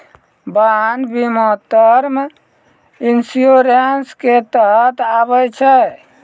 वाहन बीमा term insurance के तहत आबै छै